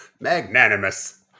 magnanimous